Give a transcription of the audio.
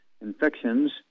infections